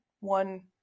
one